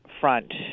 front